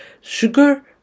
Sugar